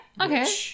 Okay